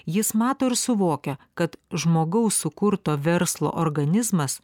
jis mato ir suvokia kad žmogaus sukurto verslo organizmas